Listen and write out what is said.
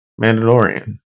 Mandalorian